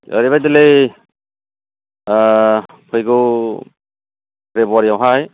ओरैबायदिलै फैगौ फेब्रुवारिआवहाय